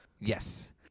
Yes